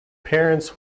parents